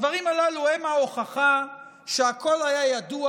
הדברים הללו הם ההוכחה שהכול היה ידוע